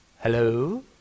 hello